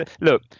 look